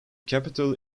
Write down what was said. capital